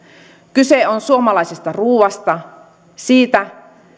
kyse on suomalaisesta ruuasta siitä